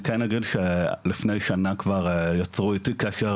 אני כן אגיד שלפני שנה כבר יצרו איתי קשר